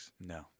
No